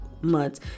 months